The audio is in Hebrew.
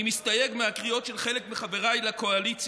אני מסתייג מהקריאות של חלק מחבריי לקואליציה,